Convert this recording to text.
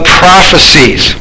prophecies